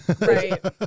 Right